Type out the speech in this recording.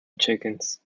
chickens